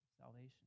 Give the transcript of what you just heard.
salvation